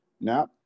now